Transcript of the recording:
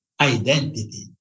identity